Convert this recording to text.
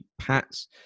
Pats